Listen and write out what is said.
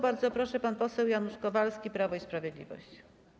Bardzo proszę, pan poseł Janusz Kowalski, Prawo i Sprawiedliwość.